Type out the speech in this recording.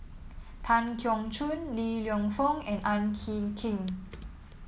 Tan Keong Choon Li Lienfung and Ang Hin Kee